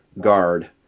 guard